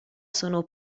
sono